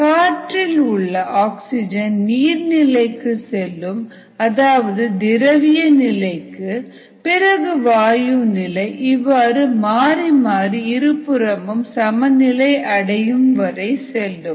காற்றில் உள்ள ஆக்சிஜன் நீர்நிலைக்கு செல்லும் அதாவது திரவிய நிலை பிறகு வாயு நிலை இவ்வாறு மாறி மாறி இருபுறமும் சமநிலையை அடையும் வரை செல்லும்